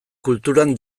kulturan